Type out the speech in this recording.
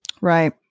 Right